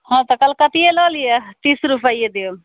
हँ तऽ कलकतिये लऽ लिअ तीस रुपैये देब